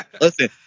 Listen